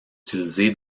utilisées